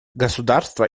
государства